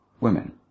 women